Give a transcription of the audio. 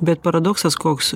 bet paradoksas koks